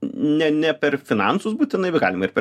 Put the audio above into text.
ne ne per finansus būtinai galima ir per